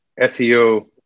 SEO